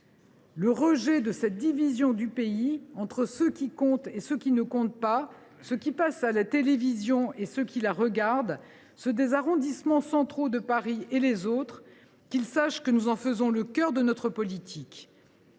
le leur de la division du pays entre ceux qui comptent et ceux qui ne comptent pas, ceux qui passent à la télévision et ceux qui la regardent, ceux des arrondissements centraux de Paris et les autres, nous en faisons le cœur de notre politique.